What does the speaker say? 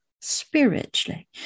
spiritually